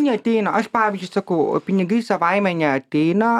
neateina aš pavyzdžiui sakau pinigai savaime neateina